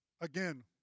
Again